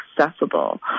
accessible